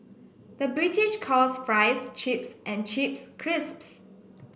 the British calls fries chips and chips crisps